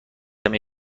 همه